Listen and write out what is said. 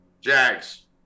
Jags